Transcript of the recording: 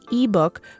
ebook